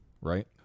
right